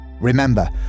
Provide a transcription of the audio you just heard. Remember